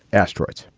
asteroids,